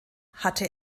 hatte